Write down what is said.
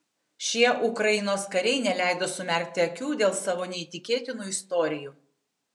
šie ukrainos kariai neleido sumerkti akių dėl savo neįtikėtinų istorijų